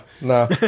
no